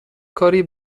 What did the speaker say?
کاری